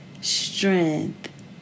strength